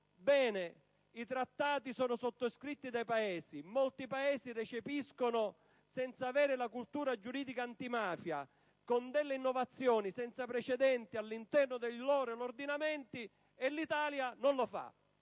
i trattati vengono poi sottoscritti da molti Paesi, che li recepiscono, senza avere la cultura giuridica antimafia, con delle innovazioni senza precedenti all'interno dei loro ordinamenti, mentre l'Italia non lo fa,